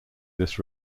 this